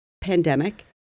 pandemic